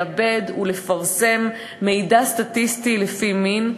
לעבד ולפרסם מידע סטטיסטי לפי מין,